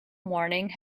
morning